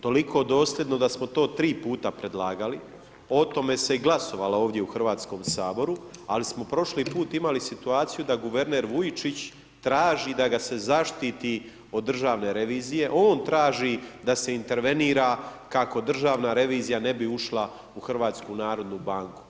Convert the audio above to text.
Toliko dosljedno da smo to tri puta predlagali, o tome se i glasovalo ovdje u Hrvatskom saboru ali smo prošli put imali situaciju da guverner Vujčić traži da ga se zaštiti od Državne revizije, on traži da se intervenira kako Državna revizija ne bi ušla u HNB.